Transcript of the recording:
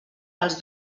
als